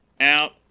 out